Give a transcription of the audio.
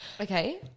Okay